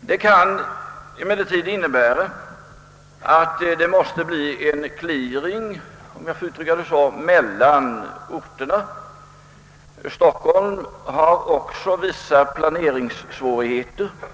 Det kan emellertid hända att det måste bli en clearing — om jag får uttrycka mig så — mellan orterna. Stockholm har vissa planeringssvårigheter och